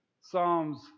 Psalms